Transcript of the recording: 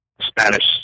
Spanish